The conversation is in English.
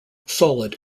solid